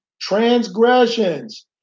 Transgressions